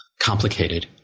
complicated